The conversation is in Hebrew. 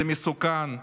זה מסוכן,